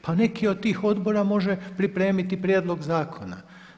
Pa neki od tih odbora može pripremiti prijedlog zakona.